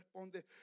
responde